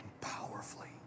powerfully